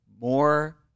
more